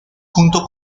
junto